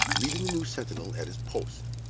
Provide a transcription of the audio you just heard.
leaving the new sentinel at his post.